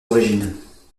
origines